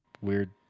weird